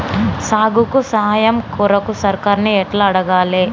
సాగుకు సాయం కొరకు సర్కారుని ఎట్ల అడగాలే?